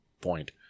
point